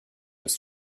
was